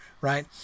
Right